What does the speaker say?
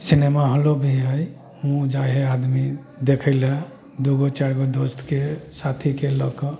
सिनेमाहॉलो भी हइ हुओँ जाइ हइ आदमी देखैले दुइगो चारिगो दोस्तके साथीके लऽ कऽ